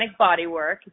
bodywork